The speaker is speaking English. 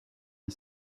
are